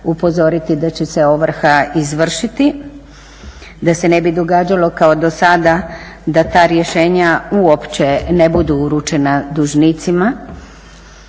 upozoriti da će se ovrha izvršiti da se ne bi događalo kao dosada da ta rješenja uopće ne budu uručena dužnicima.